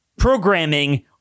programming